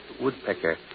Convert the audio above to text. woodpecker